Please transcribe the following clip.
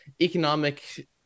economic